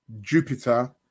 Jupiter